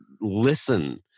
listen